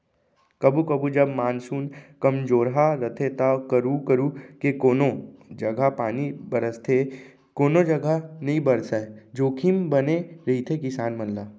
कभू कभू जब मानसून कमजोरहा रथे तो करू करू के कोनों जघा पानी बरसथे कोनो जघा नइ बरसय जोखिम बने रहिथे किसान मन ला